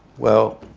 well,